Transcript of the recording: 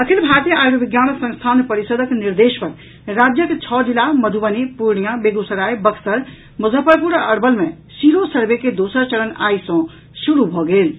अखिल भारतीय आयूर्विज्ञान अनुसंधान परिषद्क आईसीएमआर निर्देश पर राज्यक छओ जिला मधुबनी पूर्णिया बेगूसराय बक्सर मुजफ्फरपुर आ अरवल मे सीरो सर्वे के दोसर चरण आइ सॅ शुरू भऽ गेल अछि